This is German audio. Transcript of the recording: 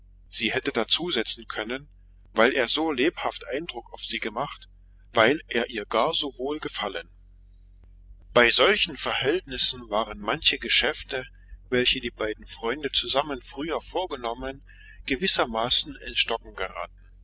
sie hätte dazusetzen können weil er so lebhaften eindruck auf sie gemacht weil er ihr gar so wohl gefallen bei solchen verhältnissen waren manche geschäfte welche die beiden freunde zusammen früher vorgenommen gewissermaßen in stocken geraten